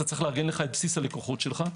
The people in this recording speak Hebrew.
אתה צריך לארגן לך את בסיס הלקוחות שלך,